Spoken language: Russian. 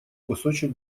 кусочек